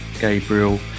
Gabriel